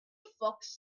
fox